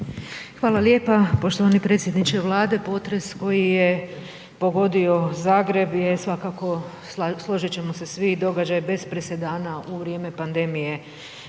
Hvala lijepa poštovani predsjedniče Vlade. Potres koji je pogodio Zagreb je svakako, složit ćemo se vi, događaj bez presedana u vrijeme pandemije